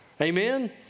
Amen